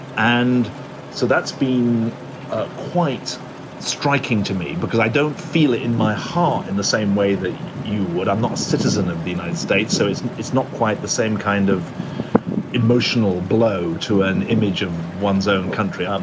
and so that's been ah quite striking to me because i don't feel it in my heart in the same way that you would. i'm not a citizen of the united states, so it's and it's not quite the same kind of emotional blow to an image of one's own country.